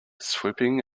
swooping